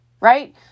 right